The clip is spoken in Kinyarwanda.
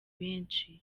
benshi